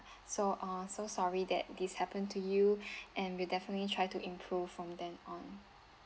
so uh so sorry that this happen to you and we'll definitely try to improve from then on